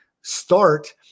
start